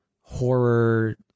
horror